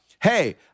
hey